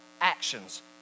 actions